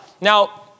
now